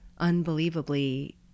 unbelievably